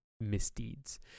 misdeeds